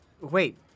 Wait